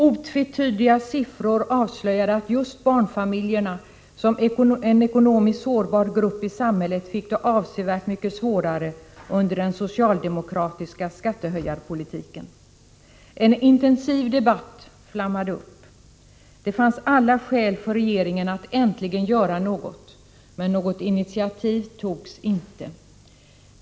Otvetydiga siffror avslöjade att just barnfamiljerna som en ekonomiskt sårbar grupp i samhället fick det avsevärt mycket svårare under den socialdemokratiska skattehöjningspolitiken. En intensiv debatt flammade upp. Det fanns alla skäl för regeringen att äntligen göra något men något initiativ togs inte.